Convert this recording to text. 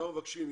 אנחנו מבקשים,